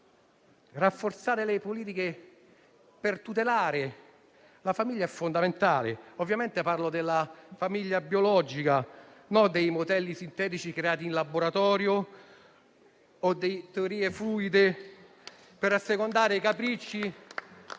Rafforzare le politiche per tutelare la famiglia è fondamentale; ovviamente parlo della famiglia biologica, non dei modelli sintetici creati in laboratorio o delle teorie fluide per assecondare i capricci